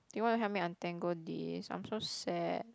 do you want to help me untangle this I'm so sad